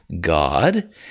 God